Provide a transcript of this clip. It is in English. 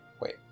wait